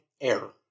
error